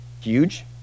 huge